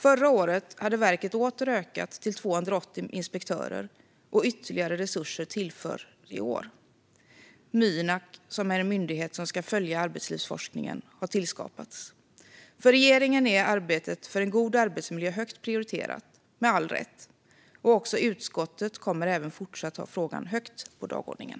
Förra året hade verket åter ökat till 280 inspektörer, och ytterligare resurser tillförs i år. Mynak, som är en myndighet som ska följa arbetslivsforskningen, har tillskapats. För regeringen är arbetet för en god arbetsmiljö högt prioriterat, med all rätt. Också utskottet kommer även i fortsättningen att ha frågan högt på dagordningen.